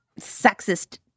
sexist